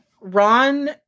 Ron